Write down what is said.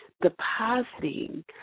depositing